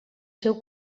seu